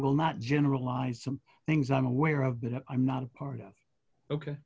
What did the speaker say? will not generalize some things i'm aware of that i'm not a part of ok